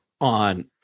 on